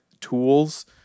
tools